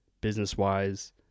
business-wise